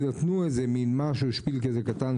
אמנם נותנת אשראי לאנשים שלא מצליחים להשיג אשראי,